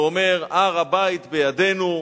ואומר: "הר-הבית בידינו.